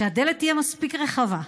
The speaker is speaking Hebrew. שהדלת תהיה מספיק רחבה,